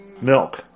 milk